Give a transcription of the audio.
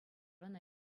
ӑна